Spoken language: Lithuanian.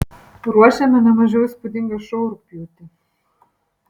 ruošiame ne mažiau įspūdingą šou rugpjūtį